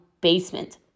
basement